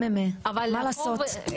מה לעשות?